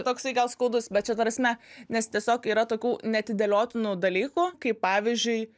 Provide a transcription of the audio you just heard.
toks skaudus bet čia ta prasme nes tiesiog yra tokių neatidėliotinų dalykų kaip pavyzdžiui